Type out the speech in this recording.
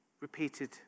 Repeated